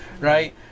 right